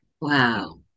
Wow